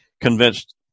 convinced